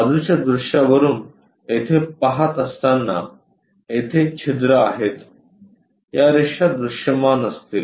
बाजूच्या दृश्यावरून येथे पहात असताना येथे छिद्र आहेत या रेषा दृश्यमान असतील